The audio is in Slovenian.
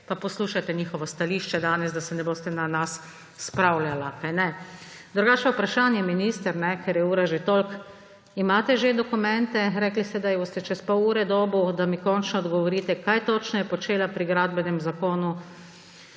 pa poslušajte njihovo stališče danes, da se ne boste danes na nas spravljali. Sicer pa vprašanje, minister, ker je ura že toliko. Že imate dokumente? Rekli ste, da jih boste čez pol ure dobili, da mi končno odgovorite, kaj točno je počela pri Gradbenem zakonu